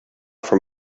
from